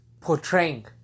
portraying